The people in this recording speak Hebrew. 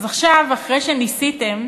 אז עכשיו, אחרי שניסיתם,